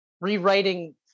rewriting